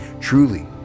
Truly